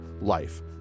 Life